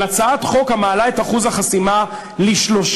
על הצעת חוק שמעלה את אחוז החסימה ל-3%.